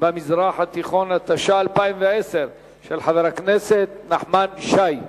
במזרח התיכון), התש"ע 2010, של חבר הכנסת נחמן שי.